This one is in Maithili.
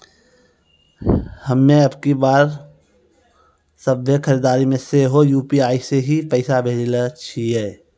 हम्मे अबकी बार सभ्भे खरीदारी मे सेहो यू.पी.आई से ही पैसा भेजने छियै